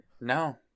no